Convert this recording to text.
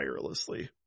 wirelessly